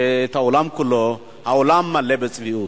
העולם כולו, העולם מלא בצביעות.